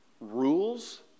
rules